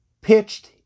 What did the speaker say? pitched